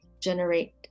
generate